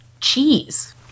cheese